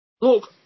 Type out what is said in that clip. Look